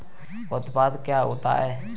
उत्पाद क्या होता है?